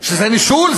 שזה נישול,